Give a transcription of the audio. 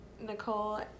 Nicole